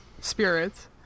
spirits